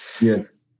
Yes